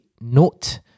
note